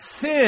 Sin